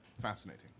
fascinating